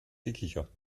gekicher